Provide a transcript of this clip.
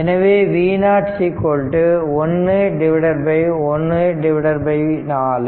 எனவே V0 114